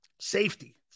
Safety